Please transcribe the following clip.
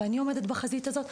ואני עומדת בחזית הזאת,